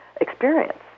experience